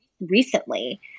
recently